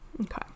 Okay